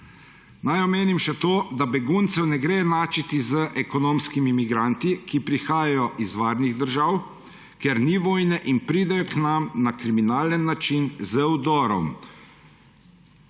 Naj omenim še to, da beguncev ne gre enačiti z ekonomskimi migranti, ki prihajajo iz varnih držav, kjer ni vojne, in pridejo k nam na kriminalen način, z vdorom.